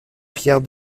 pierre